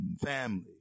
family